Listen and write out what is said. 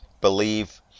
Believe